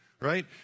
right